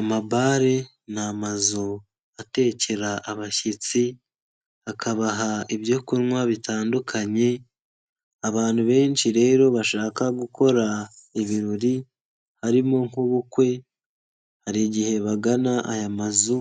Amabare ni amazu atekera abashyitsi, akabaha ibyo kunywa bitandukanye, abantu benshi rero bashaka gukora ibirori harimo nk'ubukwe, hari igihe bagana aya mazu